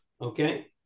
Okay